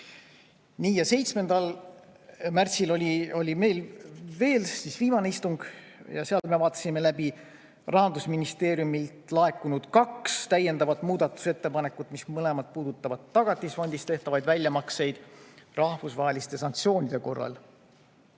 juurde. 7. märtsil oli meil veel viimane istung ja seal me vaatasime läbi Rahandusministeeriumilt laekunud kaks täiendavat muudatusettepanekut, mis mõlemad puudutavad Tagatisfondist tehtavaid väljamakseid rahvusvaheliste sanktsioonide korral.